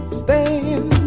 stand